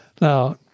Now